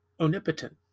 omnipotent